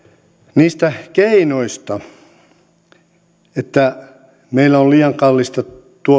niistä keinoista meillä on liian kallista